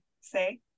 say